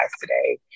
today